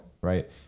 right